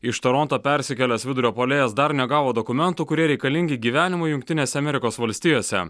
iš toronto persikėlęs vidurio puolėjas dar negavo dokumentų kurie reikalingi gyvenimui jungtinėse amerikos valstijose